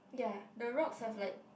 ya the rocks are like